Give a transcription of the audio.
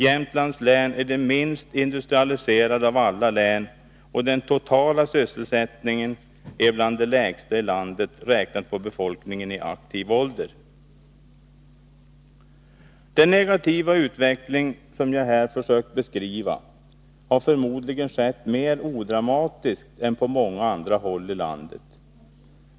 Jämtlands län är det minst industrialiserade av alla län, och den totala sysselsättningen är bland de lägsta i landet, räknat på befolkningen i aktiv ålder. Den negativa utveckling som jag här försökt beskriva har förmodligen skett mer odramatiskt än på många andra håll i landet.